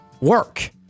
work